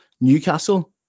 Newcastle